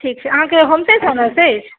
ठीक छै अहाँकेँ होम साइंस ओनर्स अछि